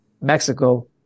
Mexico